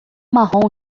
marrom